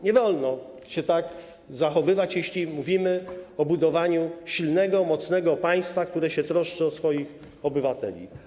Nie wolno się tak zachowywać, jeśli mówimy o budowaniu silnego, mocnego państwa, które troszczy się o swoich obywateli.